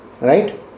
right